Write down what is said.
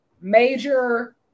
major